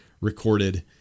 recorded